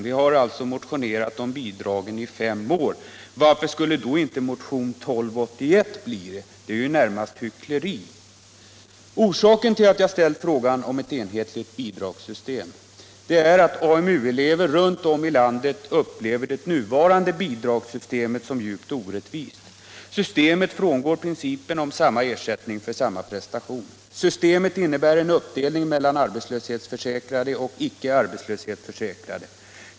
Varför skulle då inte också motionen 1976/77:1281 avslås? Herr Ahlmarks svar är närmast hyckleri. Orsaken till att jag har ställt frågan om ett enhetligt bidragssystem är att AMU-elever runt om i landet upplever det nuvarande bidragssystemet som djupt orättvist. Systemet frångår principen om samma ersättning för samma prestation. Det innebär en uppdelning mellan arbetslöshetsförsäkrade och inte arbetslöshetsförsäkrade.